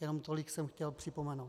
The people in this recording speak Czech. Jenom tolik jsem chtěl připomenout.